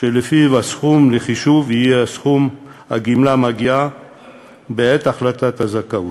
שלפיו הסכום לחישוב יהיה סכום הגמלה המגיע בעת החלטת הזכאות.